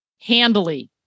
handily